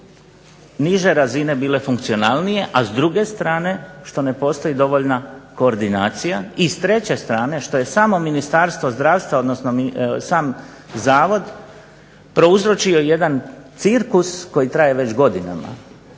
niže razine bile funkcionalnije, a s druge strane što ne postoji dovoljna koordinacija. I s treće strane što je samo Ministarstvo zdravstva, odnosno sam zavod prouzročio jedan cirkus koji traje već godinama.